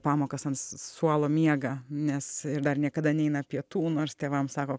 pamokas an s suolo miega nes ir dar niekada neina pietų nors tėvam sako